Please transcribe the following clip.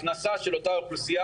ההכנסה של אותה אוכלוסייה,